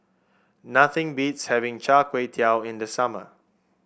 nothing beats having Char Kway Teow in the summer